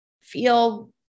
feel